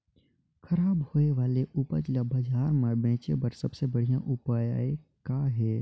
खराब होए वाले उपज ल बाजार म बेचे बर सबले बढ़िया उपाय का हे?